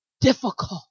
Difficult